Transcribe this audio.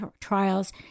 trials